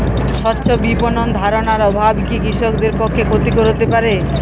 স্বচ্ছ বিপণন ধারণার অভাব কি কৃষকদের পক্ষে ক্ষতিকর হতে পারে?